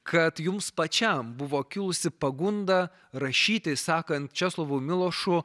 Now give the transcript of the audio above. kad jums pačiam buvo kilusi pagunda rašyti sekant česlovu milošu